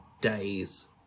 days